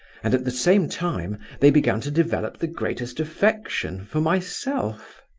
and at the same time they began to develop the greatest affection for myself.